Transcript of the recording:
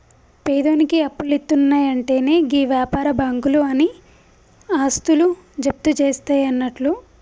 పేదోనికి అప్పులిత్తున్నయంటెనే గీ వ్యాపార బాకుంలు ఆని ఆస్తులు జప్తుజేస్తయన్నట్లు